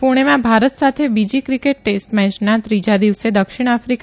પુણેમાં ભારત સાથે બીજી ક્રિકેટ ટેસ્ટ મેચના ત્રીજા દિવસે દક્ષિણ આફ્રીકા